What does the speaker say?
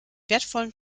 wertvollen